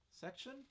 section